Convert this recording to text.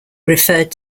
referred